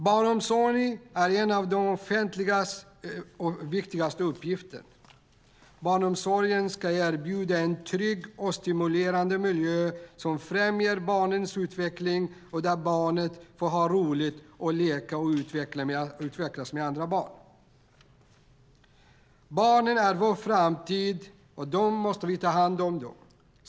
Barnomsorg är en av det offentligas viktigaste uppgifter. Barnomsorgen ska erbjuda en trygg och stimulerande miljö som främjar barnets utveckling och där barnet får ha roligt, leka och utvecklas tillsammans med andra barn. Barnen är vår framtid, och då måste vi ta hand om dem.